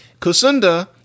Kusunda